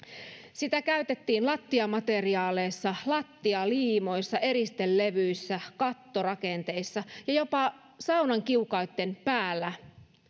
sitä käytettiin lattiamateriaaleissa lattialiimoissa eristelevyissä kattorakenteissa ja jopa saunan kiukaitten päällä